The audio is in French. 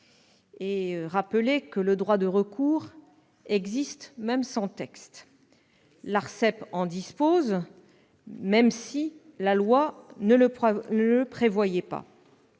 et rappeler que le droit au recours existe, même sans texte. L'ARCEP en dispose, même si la loi ne le prévoyait pas